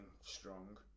strong